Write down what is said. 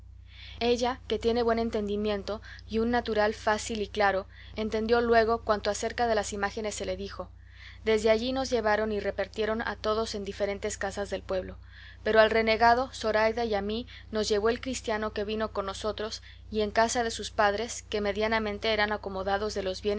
ella que tiene buen entendimiento y un natural fácil y claro entendió luego cuanto acerca de las imágenes se le dijo desde allí nos llevaron y repartieron a todos en diferentes casas del pueblo pero al renegado zoraida y a mí nos llevó el cristiano que vino con nosotros y en casa de sus padres que medianamente eran acomodados de los